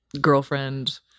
girlfriend